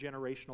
generational